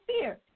fear